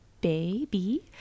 baby